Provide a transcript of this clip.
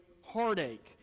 heartache